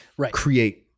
create